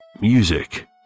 Music